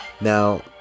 Now